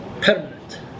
permanent